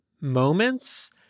moments